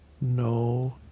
No